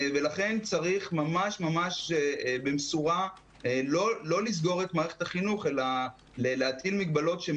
ולכן צריך ממש ממש במשורה לא לסגור את מערכת החינוך אלא להטיל מגבלות שהן